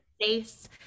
face